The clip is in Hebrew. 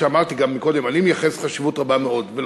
שאמרתי גם קודם, אני מייחס חשיבות רבה מאוד לכך.